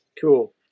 Cool